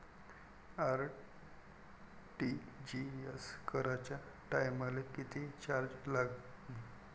RTGS कराच्या टायमाले किती चार्ज लागन?